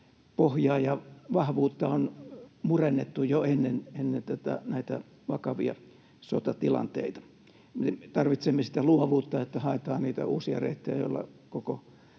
pohjaa ja vahvuutta on murennettu jo ennen näitä vakavia sotatilanteita. Tarvitsemme sitä luovuutta, että haetaan niitä uusia reittejä, joilla koko